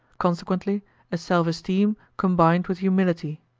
consequently a self-esteem combined with humility.